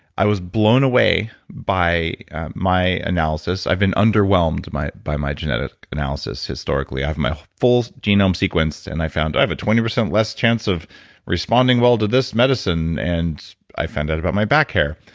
i was blown away by my analysis i've been underwhelmed by my genetic analysis, historically. i have my full genome sequence and i found, i have a twenty percent less chance of responding well to this medicine, and i found out about my back hair.